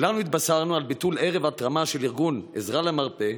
כולנו התבשרנו על ביטול ערב התרמה של ארגון עזרה למרפא,